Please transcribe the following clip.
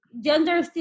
gender